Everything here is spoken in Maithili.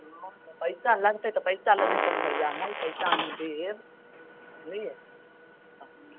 पैसा लगतै तऽ पैसा लै नहि कोनो हर्जा हय पैसा हम देब बुझलियै अपना